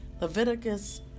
Leviticus